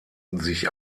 sich